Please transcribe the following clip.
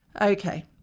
Okay